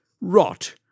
Rot